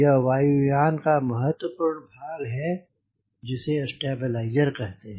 यह वायु यान का महत्वपूर्ण भाग है जिसे स्टेबलाइजर कहते हैं